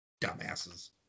Dumbasses